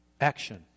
action